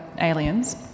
aliens